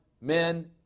men